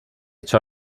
ciò